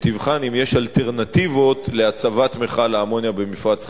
שתבחן אם יש אלטרנטיבות להצבת מכל האמוניה במפרץ חיפה.